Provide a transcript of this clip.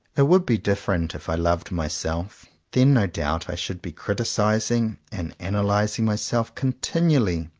it would be different if i loved myself. then no doubt i should be criticising and analyzing myself continually,